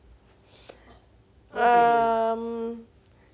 uh mmhmm